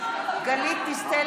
גלית דיסטל